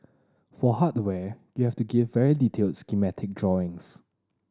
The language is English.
for hardware you have to give very detailed schematic drawings